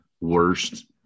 worst